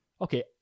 Okay